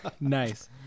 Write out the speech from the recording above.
Nice